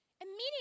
Immediately